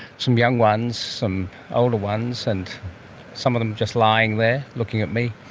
some young ones, some older ones, and some of them just lying there looking at me,